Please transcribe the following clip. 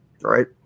right